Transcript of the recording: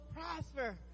prosper